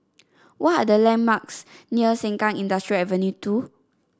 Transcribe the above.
what are the landmarks near Sengkang Industrial Avenue two